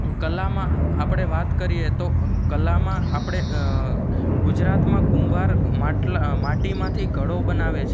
કલામાં આપણે વાત કરીએ તો કલામાં આપણે ગુજરાતમાં કુંભાર માટલાં માટીમાંથી ઘડો બનાવે છે